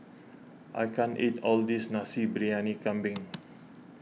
I can't eat all of this Nasi Briyani Kambing